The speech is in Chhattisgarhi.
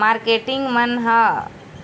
मारकेटिंग मन ह